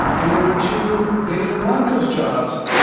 and number two, they didn't want those jobs.